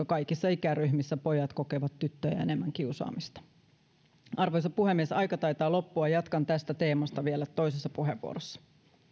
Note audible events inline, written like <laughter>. <unintelligible> kaikissa ikäryhmissä pojat kokevat tyttöjä enemmän kiusaamista arvoisa puhemies aika taitaa loppua jatkan tästä teemasta vielä toisessa puheenvuorossa